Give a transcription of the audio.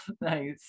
Nice